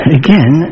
again